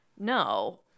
No